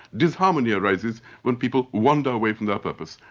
disharmony arises when people wander away from their purpose,